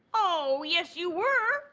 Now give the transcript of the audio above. oh, yes you were.